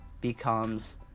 becomes